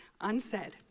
unsaid